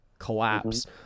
collapse